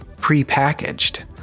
pre-packaged